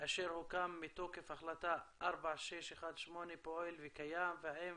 אשר הוקם מתוקף החלטה 4618 פועל וקיים והאם